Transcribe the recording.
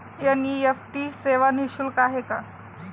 NEFT सेवा निःशुल्क आहे का?